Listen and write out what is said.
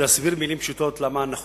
להסביר במלים פשוטות למה המאגר נחוץ.